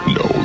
no